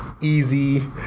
easy